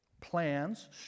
plans